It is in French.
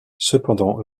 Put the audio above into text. cependant